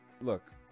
look